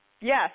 Yes